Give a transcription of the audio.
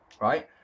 Right